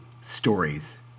Stories